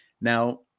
now